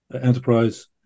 Enterprise